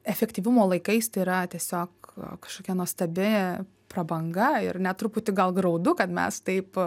efektyvumo laikais tai yra tiesiog kažkokia nuostabi prabanga ir net truputį gal graudu kad mes taip